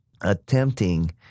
attempting